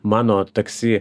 mano taksi